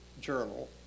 journal